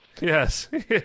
Yes